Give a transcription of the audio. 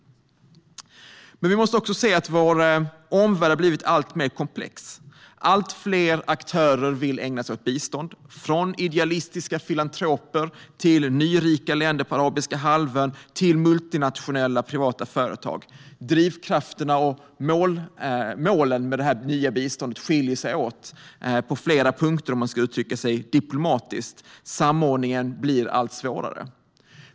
Vår omvärld har blivit alltmer komplex. Allt fler aktörer vill ägna sig åt bistånd, från idealistiska filantroper till nyrika länder på arabiska halvön och multinationella privata företag. Drivkrafterna och målen med det nya biståndet skiljer sig åt på flera punkter - om man ska uttrycka sig diplomatiskt. Samordningen blir allt svårare.